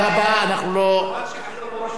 שכחלון לא ראש ממשלה, כל הבעיות היו נפתרות מזמן.